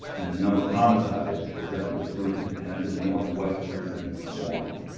and the number of homicides was down to three, and that's in the northwest precinct of omaha.